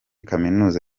kaminuza